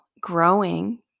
growing